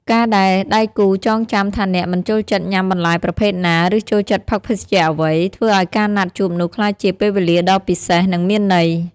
ការដែលដៃគូចងចាំថាអ្នកមិនចូលចិត្តញ៉ាំបន្លែប្រភេទណា ឬចូលចិត្តផឹកភេសជ្ជៈអ្វី ធ្វើឱ្យការណាត់ជួបនោះក្លាយជាពេលវេលាដ៏ពិសេស និងមានន័យ។